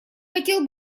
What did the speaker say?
хотел